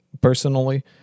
personally